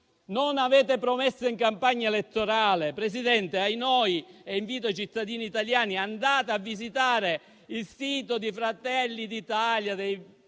non avevate promesso in campagna elettorale? Presidente - ahinoi - invito i cittadini italiani ad andare a visitare il sito di Fratelli d'Italia, delle